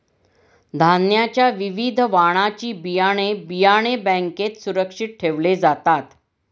धान्याच्या विविध वाणाची बियाणे, बियाणे बँकेत सुरक्षित ठेवले जातात